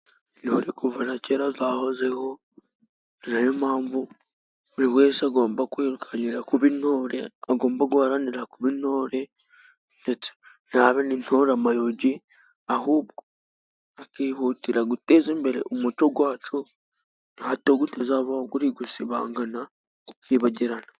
Intore, kuva na kera, azahozeho. Ni nayo mpamvu buri wese agomba kwirukankira kuba intore, agomba guharanira kuba intore, ndetse ntabe n'intoramayogi, ahubwo akihutira guteza imbere umuco gwacu, hato gutazavaho guri gusibangana, gukibagirana.